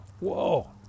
Whoa